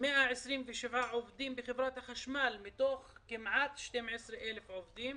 יש 127 עובדים ערבים בחברת החשמל מתוך כמעט 12,000 עובדים,